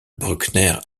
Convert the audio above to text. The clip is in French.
bruckner